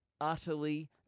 utterly